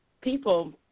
people